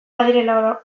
badirela